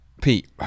Pete